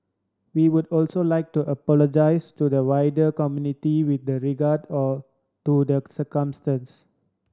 we would also like to apologise to the wider community with the regard a to the circumstance